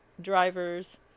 drivers